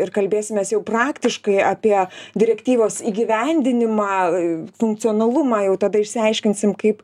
ir kalbėsimės jau praktiškai apie direktyvos įgyvendinimą iii funkcionalumą jau tada išsiaiškinsim kaip